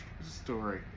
story